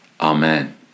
Amen